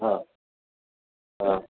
हा हा